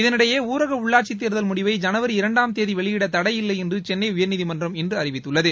இதனிடையே ஊரக உள்ளாட்சித் தேர்தல் முடிவை ஜனவரி இரண்டாம் தேதி வெளியிட தடையில்லை என்று சென்னை உயர்நீதிமன்றம் இன்று அறிவித்துள்ளது